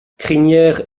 crinière